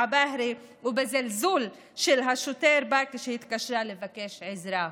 עבאהרה ובזלזול של השוטר בה כשהתקשרה לבקש עזרה.